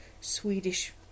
Swedish